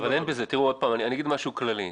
אני אגיד משהו כללי.